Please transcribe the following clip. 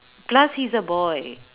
plus he's a boy